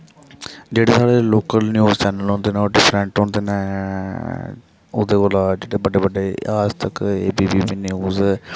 जेह्ड़े साढ़े local news channel होंदे ना ओह् डिफ्रैंट होंदे न ओह्दे कोला जेह्ड़े बड्डे बड्डे Aaj Tak A B P news